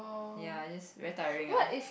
ya is just very tiring lah